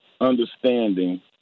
understanding